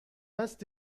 asked